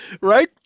right